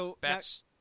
bats